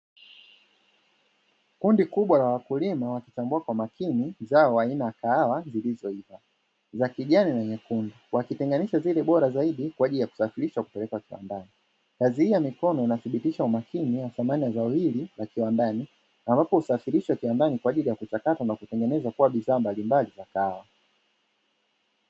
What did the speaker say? Kundi kubwa la wakulima, wakichambua kwa makini zao aina ya kahawa zilizoiva za kijani na nyukundu, wakitenganisha zile bora zaidi kwa ajili ya kusafirishwa kupelekwa kiwandani. Kazi hii ya mikono inathibitisha umakini na thamani ya zao hili la kiwandani, ambapo husafirishwa kiwandani kwa ajili ya kuchakatwa na kutengenezwa kuwa bidhaa mbalimbali za kahawa.